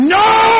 no